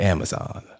Amazon